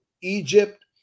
Egypt